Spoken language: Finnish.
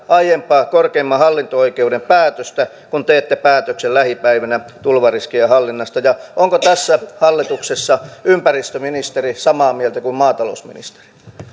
aiempaa korkeimman hallinto oikeuden päätöstä kun teette päätöksen lähipäivinä tulvariskien hallinnasta ja onko tässä hallituksessa ympäristöministeri samaa mieltä kuin maatalousministeri